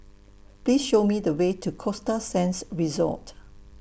Please Show Me The Way to Costa Sands Resort